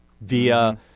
via